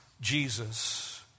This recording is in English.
Jesus